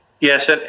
yes